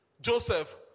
Joseph